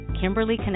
Kimberly